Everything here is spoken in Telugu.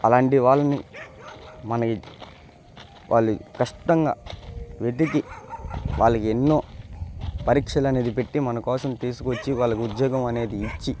అలాంటి వాళ్ళని మన వాళ్ళు కష్టంగా వెతికి వాళ్ళకి ఎన్నో పరీక్షలు అనేది పెట్టి మన కోసం తీసుకొచ్చి వాళ్ళకి ఉద్యోగం అనేది ఇచ్చి